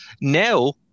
Now